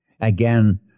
again